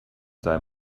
sei